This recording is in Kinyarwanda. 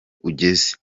ugeze